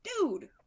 Dude